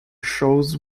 shows